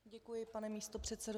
Děkuji, pane místopředsedo.